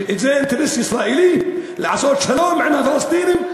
זה אינטרס ישראלי לעשות שלום עם הפלסטינים,